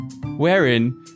wherein